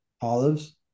Olives